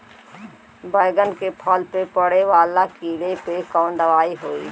बैगन के फल में पड़े वाला कियेपे कवन दवाई होई?